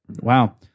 Wow